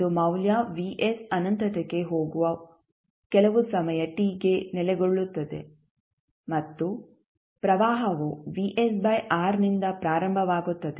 ಇದು ಮೌಲ್ಯ vs ಅನಂತತೆಗೆ ಹೋಗುವ ಕೆಲವು ಸಮಯ t ಗೆ ನೆಲೆಗೊಳ್ಳುತ್ತದೆ ಮತ್ತು ಪ್ರವಾಹವು ನಿಂದ ಪ್ರಾರಂಭವಾಗುತ್ತದೆ